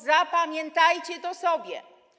Zapamiętajcie to sobie.